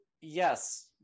yes